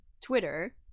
Twitter